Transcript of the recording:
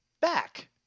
back